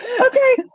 Okay